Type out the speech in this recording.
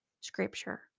scripture